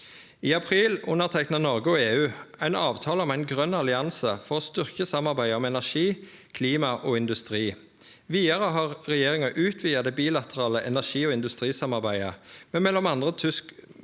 I april underteikna Noreg og EU ein avtale om ein grøn allianse for å styrkje samarbeidet om energi, klima og industri. Vidare har regjeringa utvida det bilaterale energi- og industrisamarbeidet med m.a.